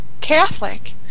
Catholic